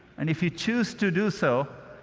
and if you choose to do so,